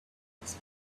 was